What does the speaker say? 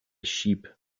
sheep